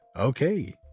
Okay